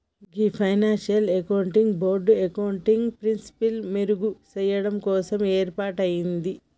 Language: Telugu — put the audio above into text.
గీ ఫైనాన్షియల్ అకౌంటింగ్ బోర్డ్ అకౌంటింగ్ ప్రిన్సిపిల్సి మెరుగు చెయ్యడం కోసం ఏర్పాటయింది